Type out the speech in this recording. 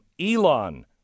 Elon